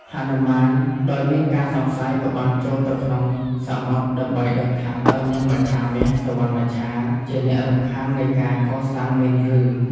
ហនុមានដោយមានការសង្ស័យក៏បានចូលទៅក្នុងសមុទ្រ ដើម្បីដឹងថាតើនាងមច្ឆាមាស សុវណ្ណមច្ឆា ជាអ្នករំខាននៃការកសាងមែនឬ។